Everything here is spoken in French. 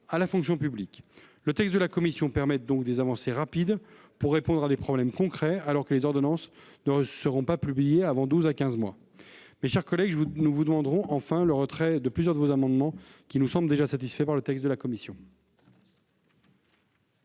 à la fonction publique. Le texte de la commission permet donc des avancées rapides pour répondre à des problèmes concrets, alors que les ordonnances ne seront pas publiées avant douze à quinze mois. Enfin, mes chers collègues, nous vous demanderons le retrait de plusieurs de vos amendements qui nous semblent déjà satisfaits par le texte de la commission.